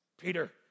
Peter